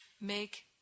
make